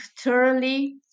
thoroughly